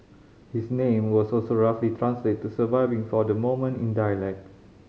his name also so roughly translate to surviving for the moment in dialect